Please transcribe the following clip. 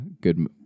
good